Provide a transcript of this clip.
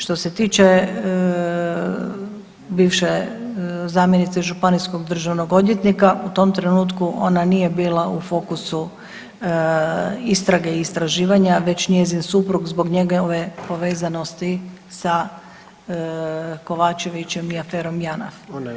Što se tiče bivše zamjenice županijskog državnog odvjetnika, u tom trenutku ona nije bila u fokusu istrage i istraživanja već njezin suprug zbog njegove povezanosti sa Kovačevićem i aferom JANAF.